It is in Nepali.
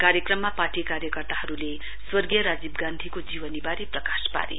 कार्क्रममा पार्टी कार्याकर्ताहरूले स्वर्गीय राजीब गान्धीको जीवनीबारे प्रकाश पारे